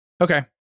Okay